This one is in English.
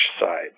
side